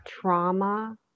trauma